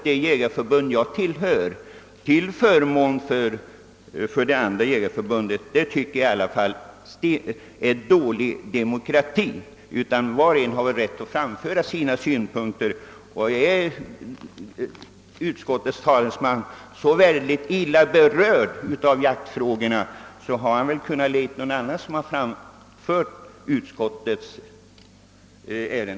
Det tycker jag i alla fall är ett tecken på dålig demokrati. Var och en skall väl ha rätt att framföra sina synpunkter. Om utskottets talesman är så illa berörd av jaktfrågorna, hade han väl kunnat låta någon annan föra utskottets talan.